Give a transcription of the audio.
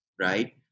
Right